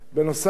בנוסף,